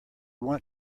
want